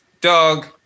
dog